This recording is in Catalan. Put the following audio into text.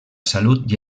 salut